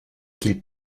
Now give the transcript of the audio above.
qu’il